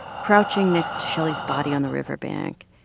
crouching next to shelly's body on the riverbank,